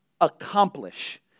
accomplish